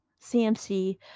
CMC